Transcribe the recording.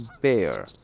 bear